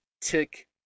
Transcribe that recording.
tick